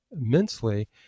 immensely